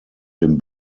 den